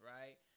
right